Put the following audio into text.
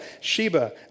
Sheba